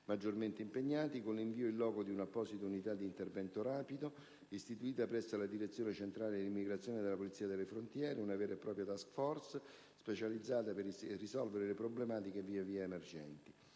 maggiormente impegnati, con l'invio *in loco* di un'apposita unità di intervento rapido, istituita presso la Direzione centrale dell'immigrazione e della polizia delle frontiere, una vera e propria *task force* specializzata per risolvere le problematiche via via emergenti.